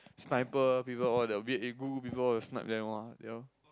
sniper people all the people will snipe them all you know